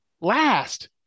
last